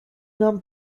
known